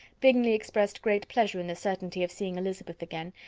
bingley expressed great pleasure in the certainty of seeing elizabeth again,